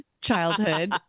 childhood